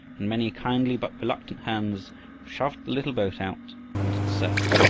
and many kindly but reluctant hands shoved the little boat out into the surf.